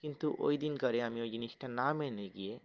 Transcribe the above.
কিন্তু ওই দিনকারে আমি ওই জিনিসটা না মেনে গিয়ে